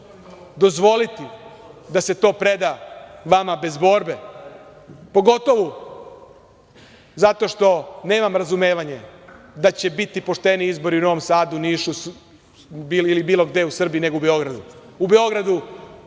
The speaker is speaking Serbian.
dozvoliti da se to preda vama bez borbe, pogotovu zato što nemam razumevanje da će biti pošteniji izbori u Novom Sadu, Nišu ili bilo gde u Srbiji, nego u Beogradu. U Beogradu